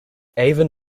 avon